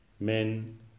Men